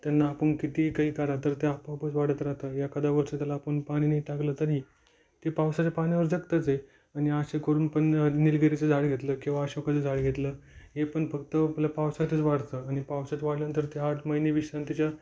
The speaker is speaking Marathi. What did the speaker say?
त्यांना आपण कितीही काही करा तर ते आपोआपच वाढत राहतं एखादं वर्ष त्याला आपण पाणी नाही टाकलं तरी ते पावसाच्या पाण्यावर जगतच आहे आणि असे करून पण निलगिरीचं झाड घेतलं किंवा अशोकाचं झाड घेतलं हे पण फक्त आपलं पावसातच वाढतं आणि पावसात वाढल्यानंतर ते आठ महिने विश्रांतीच्या